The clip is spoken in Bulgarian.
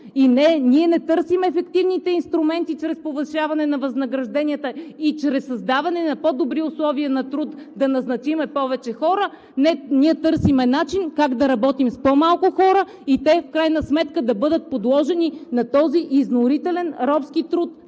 И не, ние не търсим ефективните инструменти чрез повишаване на възнагражденията и чрез създаване на по-добри условия на труд да назначим повече хора, а търсим начин как да работим с по-малко хора и в крайна сметка те да не бъдат подложени на този изморителен робски труд